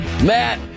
Matt